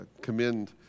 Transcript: commend